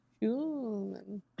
Human